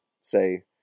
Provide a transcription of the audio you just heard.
say